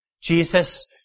Jesus